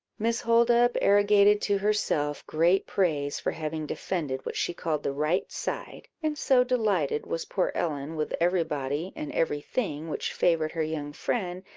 miss holdup arrogated to herself great praise for having defended what she called the right side and so delighted was poor ellen with every body and every thing which favoured her young friend,